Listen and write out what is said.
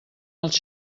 als